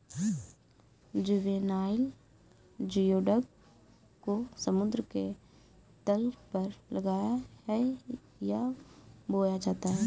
juvenile geoduck को समुद्र के तल पर लगाया है या बोया जाता है